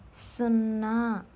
సున్నా